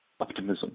optimism